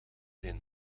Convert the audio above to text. zijn